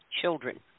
children